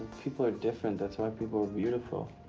people are different, that's why people are beautiful.